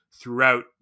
throughout